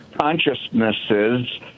consciousnesses